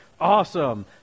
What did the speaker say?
Awesome